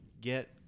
get